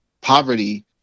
poverty